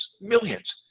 millions